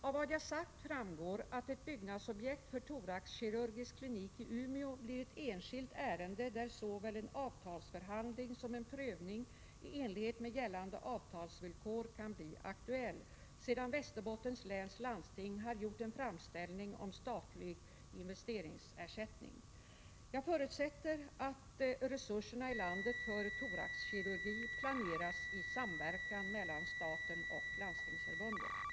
Av vad jag sagt framgår att ett byggnadsobjekt för thoraxkirurgisk klinik i Umeå blir ett enskilt ärende, där såväl en avtalsförhandling som en prövning i enlighet med gällande avtalsvillkor kan bli aktuell, sedan Västerbottens läns landsting har gjort en framställning om statlig investeringsersättning. Jag förutsätter att resurserna i landet för thoraxkirurgi planeras i samverkan mellan staten och Landstingsförbundet.